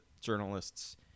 journalists